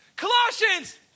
Colossians